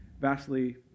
vastly